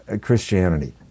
Christianity